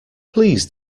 please